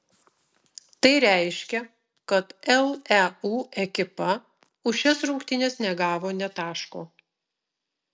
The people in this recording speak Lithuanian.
tai reiškia kad leu ekipa už šias rungtynes negavo nė taško